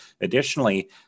Additionally